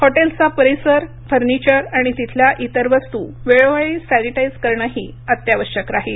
हॉटेल्सचा परीसरफर्निचर आणि तिथल्या इतर वस्तू वेळोवेळी सॅनिटायज करणंही अत्यावश्यक राहिलं